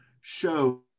show